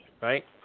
right